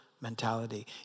mentality